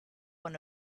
one